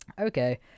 okay